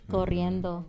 Corriendo